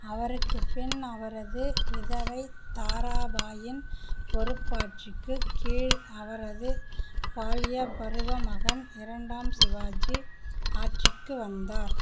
அவருக்குப் பின் அவரது விதவை தாராபாயின் பொறுப்பாட்சிக்குக் கீழ் அவரது பால்யப்பருவ மகன் இரண்டாம் சிவாஜி ஆட்சிக்கு வந்தார்